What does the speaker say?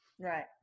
right